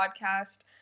podcast